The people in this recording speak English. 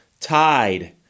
Tide